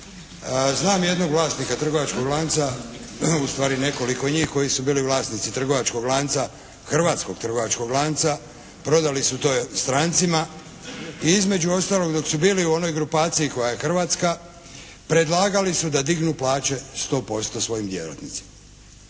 Znam jednog vlasnika trgovačkog lanca, ustvari nekoliko njih koji su bili vlasnici trgovačkog lanca, hrvatskog trgovačkog lanca, prodali su to strancima i između ostaloga dok su bili u onoj grupaciji koja je hrvatska, predlagali su da dignu plaće 100% svojim djelatnicima